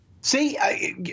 See